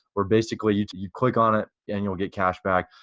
where basically you you click on it and you'll get cash back.